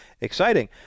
exciting